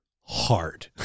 hard